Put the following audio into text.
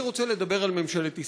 אני רוצה לדבר על ממשלת ישראל.